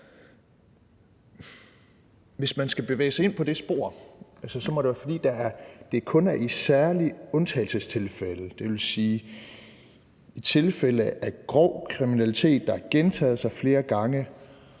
Hvis man skal bevæge sig ind på det spor, må det være, fordi det kun er i særlige undtagelsestilfælde; det vil sige i tilfælde af grov kriminalitet, der er blevet gentaget,